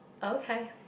okay